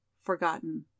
forgotten